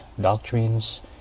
doctrines